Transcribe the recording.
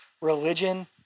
religion